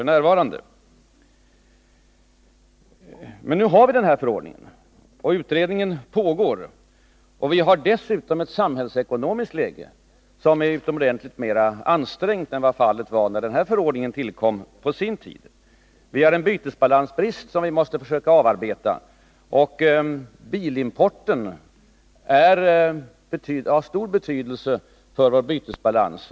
Men nu = 20 februari 1981 har vi denna förordning, och utredningen pågår. Vi har dessutom ett samhällsekonomiskt läge som är utomordentligt mer ansträngt än vad fallet var när denna förordning tillkom på sin tid. Vi har en reglerna för hanbytesbalansbrist som vi måste försöka avarbeta. Bilimporten är av stor — deln med personbetydelse för vår bytesbalans.